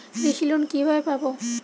কৃষি লোন কিভাবে পাব?